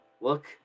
look